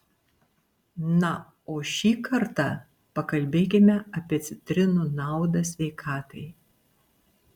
na o šį kartą pakalbėkime apie citrinų naudą sveikatai